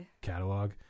catalog